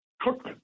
Cook